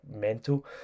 mental